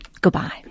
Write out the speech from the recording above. Goodbye